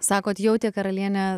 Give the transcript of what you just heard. sakot jautė karalienė